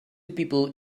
people